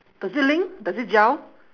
does it link does it gel